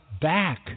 back